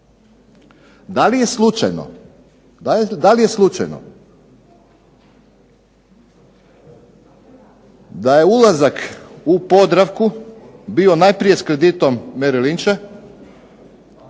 Da li je slučajno da je ulazak u Podravku bio najprije sa kreditom Mery